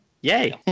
yay